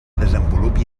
desenvolupi